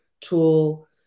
tool